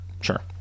Sure